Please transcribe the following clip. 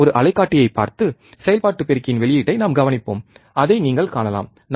நாம் ஒரு அலை காட்டியை பார்த்து செயல்பாட்டு பெருக்கியின் வெளியீட்டை நாம் கவனிப்போம் அதை நீங்கள் காணலாம்